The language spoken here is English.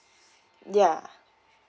yeah